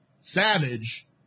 savage